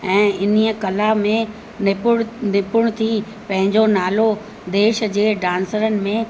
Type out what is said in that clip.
ऐं हिन ई कला में निपुण निपुण थी पंहिंजो नालो देश जे डांसरनि में